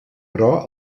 però